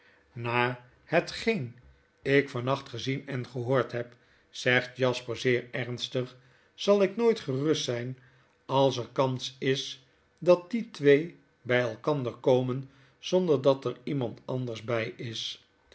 na hetgeen ik van nacht gezien en gehoord heb zegt jasper zeer ernstig zal iknooitgerust zyn als er kans is dat die twee by elkander komen zonder dat er iemand anders by is